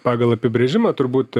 pagal apibrėžimą turbūt